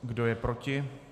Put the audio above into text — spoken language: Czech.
Kdo je proti?